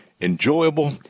enjoyable